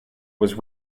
was